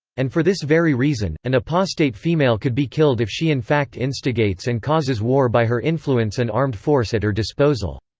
and for this very reason, an apostate female could be killed if she in fact instigates and causes war by her influence and armed force at her disposal.